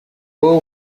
wowe